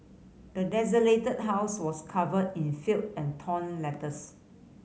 the desolated house was covered in filth and torn letters